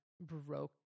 broke